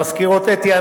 המזכירות אתי,